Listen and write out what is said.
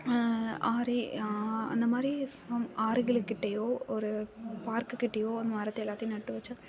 ஆறு அ அந்தமாதிரி ஆறுகளுகிட்டயோ ஒரு பார்க்குக்கிட்டயோ ஒரு மரத்தை எல்லாத்தியும் நட்டு வச்சா